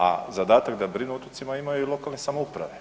A zadatak da brine o otocima imaju i lokalne samouprave.